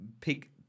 pick